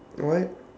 what